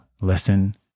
listen